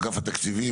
מאגף התקציבים,